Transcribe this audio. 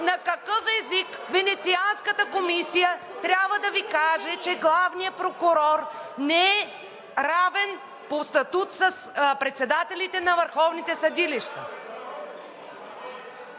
На какъв език Венецианската комисия трябва да Ви каже, че главният прокурор не е равен по статут с председателите на върховните съдилища?